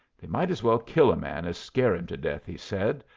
they might as well kill a man as scare him to death, he said,